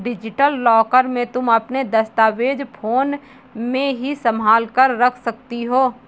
digital locker में तुम अपने दस्तावेज फोन में ही संभाल कर रख सकती हो